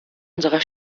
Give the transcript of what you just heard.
unserer